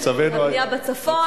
הבנייה בצפון?